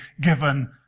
given